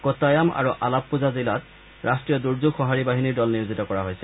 কোট্টায়াম আৰু আলাপ্পূজা জিলাত ৰাষ্টীয় দূৰ্যোগ সঁহাৰি বাহিনীৰ দল নিয়োজিত কৰা হৈছে